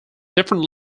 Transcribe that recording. different